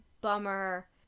bummer